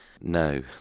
no